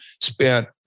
Spent